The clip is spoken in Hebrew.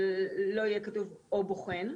ולא יהיה כתוב "או בוחן".